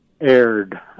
aired